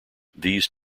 these